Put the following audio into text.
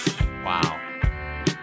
Wow